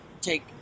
take